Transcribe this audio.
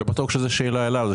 אני לא בטוח שזאת שאלה אליו.